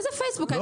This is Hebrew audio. איזה פייסבוק?